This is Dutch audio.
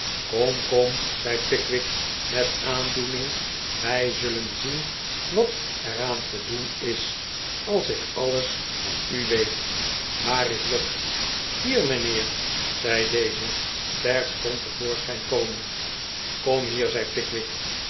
kom kom zei pickwick met aandoening wij zullen zien wat er aan te doen is als ik alles van u weet waar is job hier mijnheer zei deze ter stond te voorschijn komend kom hier zei pickwick